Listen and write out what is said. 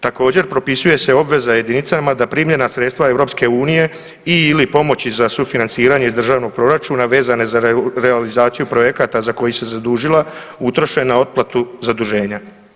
Također, propisuje se obveza jedinicama da primljena sredstva EU-a i/ili pomoći za sufinanciranje iz državnog proračuna vezano za realizaciju projekata za koji se zadužila, utroše na otplatu zaduženja.